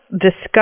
discuss